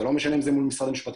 זה לא משנה אם זה מול משרד המשפטים,